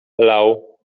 lał